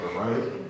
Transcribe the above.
right